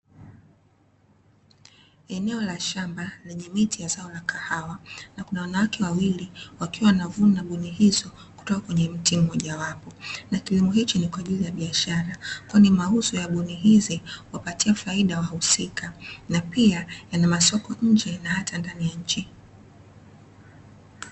Eneo la shamba lenye miti ya zao la kahawa, na kuna wanawake wawili wakiwa wanavuna zao hizo kutoka kwenye mti mmoja wapo. Kilimo hicho ni kwa ajili ya biashara, kwani mauzo ya gunia hizi uwapatia faida wahusika na pia yanamasoko nje na ata ndani ya nchi.